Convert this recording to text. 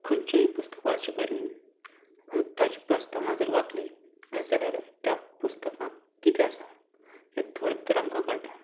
खंयचेंय पुस्तक वाचचे पयलीं ताची प्रस्तावना जर वाचली जाल्यार त्या पुस्कांत कितें आसा हें थोडे भितर आमकां कळटा